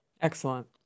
Excellent